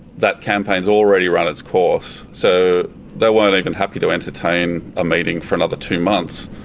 that campaign has already run its course, so they weren't even happy to entertain a meeting for another two months,